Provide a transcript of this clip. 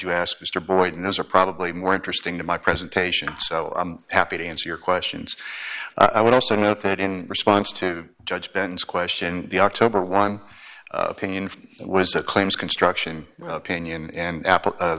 you ask mr boyd and those are probably more interesting to my presentation so i'm happy to answer your questions i would also note that in response to judge ben's question the october one opinion was that claims construction opinion and apple